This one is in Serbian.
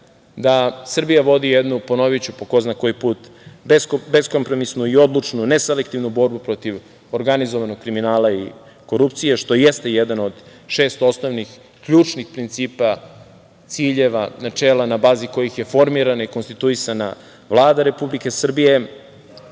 da Srbija vodi jednu, ponoviću po ko zna koji put, beskompromisnu i odlučnu, neselektivnu borbu protiv organizovanog kriminala i korupcije, što je ste jedan od šest osnovnih ključnih principa, ciljeva, načela na bazi kojih je formirana i konstituisana Vlada Republike Srbije